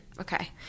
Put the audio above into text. Okay